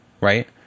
Right